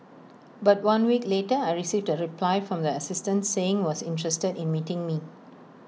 but one week later I received A reply from the assistant saying was interested in meeting me